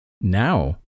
Now